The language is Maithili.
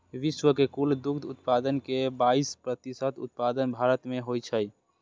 विश्व के कुल दुग्ध उत्पादन के बाइस प्रतिशत उत्पादन भारत मे होइ छै